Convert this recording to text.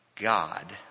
God